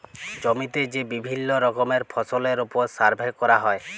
জমিতে যে বিভিল্য রকমের ফসলের ওপর সার্ভে ক্যরা হ্যয়